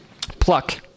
Pluck